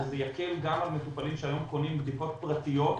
ויקל גם על מטופלים שהיום קונים בדיקות פרטיות,